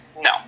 No